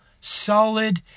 solid